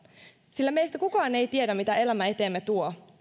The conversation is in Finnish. sillä meistä kukaan ei tiedä mitä elämä eteemme tuo